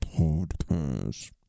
Podcast